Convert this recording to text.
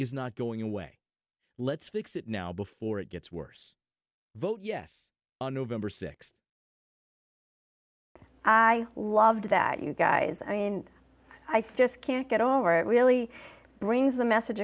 is not going away let's fix it now before it gets worse vote yes on november sixth i love that you guys i mean i just can't get over it really brings the message